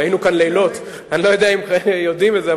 כי היינו כאן לילות אני לא יודע אם יודעים את זה,